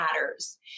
matters